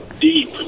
deep